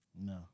No